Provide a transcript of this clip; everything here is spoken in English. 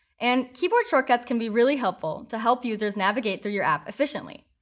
and keyboard shortcuts can be really helpful to help users navigate through your app efficiently.